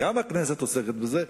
גם הכנסת עוסקת בזה,